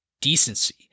decency